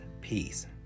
peace